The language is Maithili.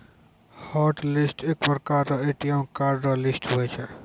हॉटलिस्ट एक प्रकार रो ए.टी.एम कार्ड रो लिस्ट हुवै छै